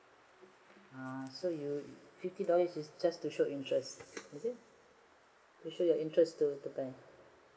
ah so you fifty dollar is just to show interest is it to show your interest to buy